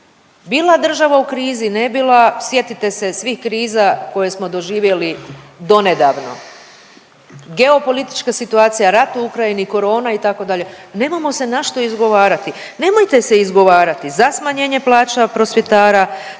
bila država u krizi ne bila sjetite se svih kriza koje smo doživjeli donedavno, geopolitička situacija, rat u Ukrajini, korona itd., nemamo se na što izgovarati. Nemojte se izgovarati za smanjenje plaća prosvjetara,